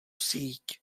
síť